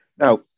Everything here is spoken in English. Now